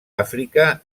àfrica